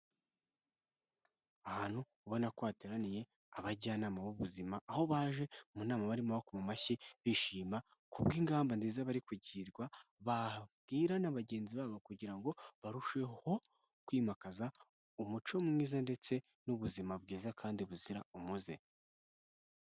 Ahantu ubona ko hateraniye abajyanama b'ubuzima, aho baje mu nama barimo bakoma amashyi bishima kubw'ingamba nziza bari kugirwa babwira na bagenzi babo kugira ngo barusheho kwimakaza umuco mwiza ndetse n'ubuzima bwiza kandi buzira umuze.